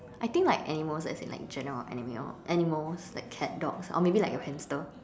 I think like animals as in like general animal animals like cat dogs or maybe like your hamster